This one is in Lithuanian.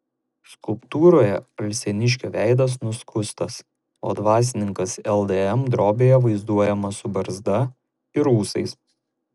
skulptūroje alšėniškio veidas nuskustas o dvasininkas ldm drobėje vaizduojamas su barzda ir ūsais